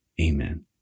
Amen